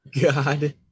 God